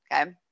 okay